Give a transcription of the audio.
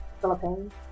Philippines